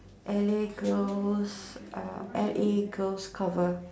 L_A girls are L_A girls cover